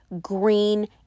green